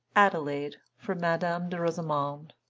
adelaide, for madame de rosemonde.